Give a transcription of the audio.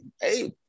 hey